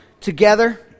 together